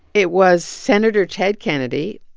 it was senator ted kennedy,